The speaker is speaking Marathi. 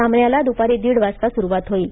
सामन्याला दुपारी दीड वाजता सुरुवात होईल